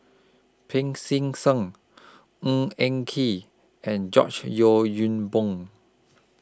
Pancy Seng Ng Eng Kee and George Yeo Yong Boon